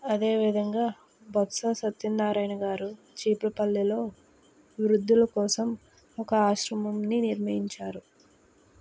అదే విధంగా బొత్సా సత్యన్నారాయణ గారు చీపురుపల్లిలో వృద్ధుల కోసం ఒక ఆశ్రమంని నిర్మించారు